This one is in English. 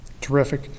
Terrific